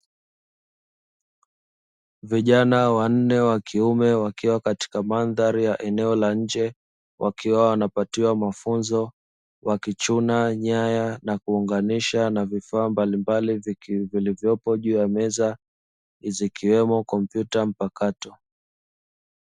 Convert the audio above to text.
Vijana wanne wa kiume wakiwa katika mandhari ya eneo la nje wakipatiwa mafunzo, wakichuna nyaya na kuunganisha na vifaa mbalimbali vilivyopo juu ya meza, zikiwemo kompyuta mpakato.